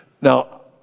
Now